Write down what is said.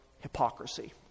hypocrisy